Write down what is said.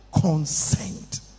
consent